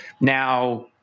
Now